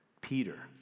Peter